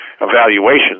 evaluations